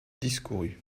discourut